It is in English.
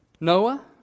Noah